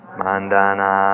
mandana